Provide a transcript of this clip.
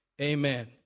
amen